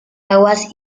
aguas